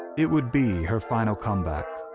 it would be her final comeback.